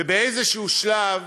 ובאיזה שלב,